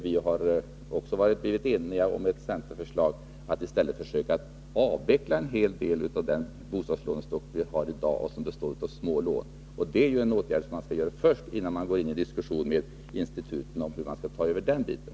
Vi har i annat sammanhang blivit eniga om ett centerförslag om att försöka avveckla en hel del av den bostadslånestock som vi har i dag och som består av små lån. Det är en åtgärd som bör genomföras innan man tar upp en diskussion med institutionen om ett överförande av lån.